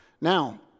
Now